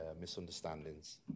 misunderstandings